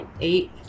Eight